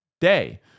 day